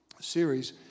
series